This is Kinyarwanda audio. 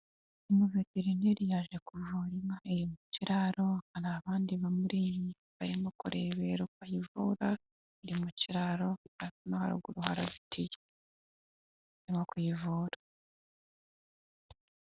umuveterineri yaje kuvuora inka iri kiraro hari abandi bamuri inyuma barimo kurebabera uko ayivura, iri mu kiraro no haruguru harazitiye arimo kuyivura.